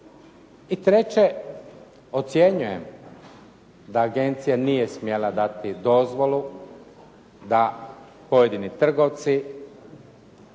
I treće, ocjenjujem da agencija nije smjela dati dozvolu da pojedini trgovci